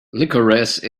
licorice